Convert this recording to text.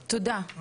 תודה.